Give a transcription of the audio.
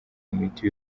imiti